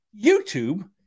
YouTube